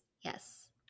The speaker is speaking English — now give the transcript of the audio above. Yes